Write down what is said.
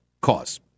cause